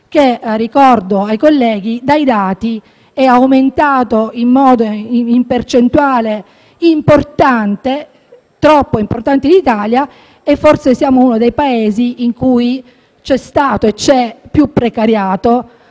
come evidenziano i dati, è aumentato in percentuale importante, troppo importante, in Italia e che forse siamo uno dei Paesi in cui c'è stato e c'è più precariato,